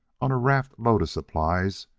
on a raft-load of supplies,